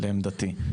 לעמדתי.